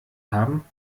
haben